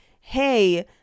hey